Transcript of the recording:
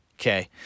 Okay